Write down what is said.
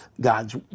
God's